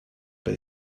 bei